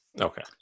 Okay